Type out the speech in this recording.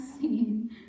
seen